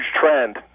trend